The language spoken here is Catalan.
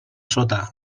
sota